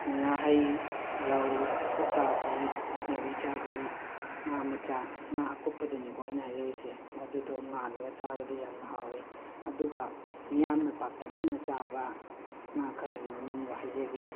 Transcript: ꯉꯥꯍꯩ ꯔꯧ ꯎꯀꯥꯕꯤ ꯅꯥꯄꯤꯆꯥꯕꯤ ꯉꯥ ꯃꯆꯥ ꯉꯥ ꯑꯀꯨꯞꯄꯗꯨꯅꯤꯀꯣ ꯑꯩꯅ ꯍꯥꯏꯖꯔꯤꯁꯦ ꯑꯗꯨꯗꯣ ꯉꯥꯜꯂꯒ ꯆꯥꯕꯗ ꯌꯥꯝꯅ ꯍꯥꯎꯏ ꯑꯗꯨꯒ ꯃꯤꯌꯥꯝꯅ ꯄꯥꯛꯇꯛꯅꯅ ꯆꯥꯕ ꯉꯥ ꯈꯔꯒꯤ ꯃꯃꯤꯡꯒ ꯍꯥꯏꯖꯒꯦ